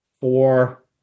four